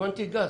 הזמנתי גז.